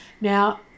now